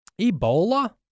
Ebola